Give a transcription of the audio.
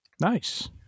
nice